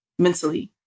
Mentally